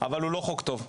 אבל הוא לא חוק טוב,